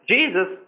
Jesus